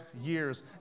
years